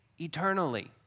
eternally